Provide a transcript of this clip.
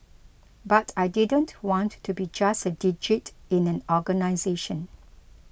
but I didn't want to be just a digit in an organisation